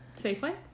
Safeway